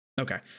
Okay